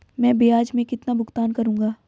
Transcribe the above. मैं ब्याज में कितना भुगतान करूंगा?